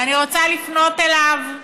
ואני רוצה לפנות אליו,